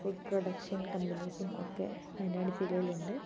food production കമ്പനീസും ഒക്കെ വയനാട് ജില്ലയിലുണ്ട്